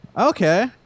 Okay